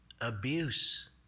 abuse